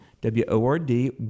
W-O-R-D